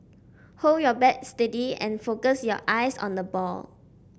hold your bat steady and focus your eyes on the ball